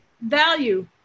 value